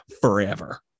forever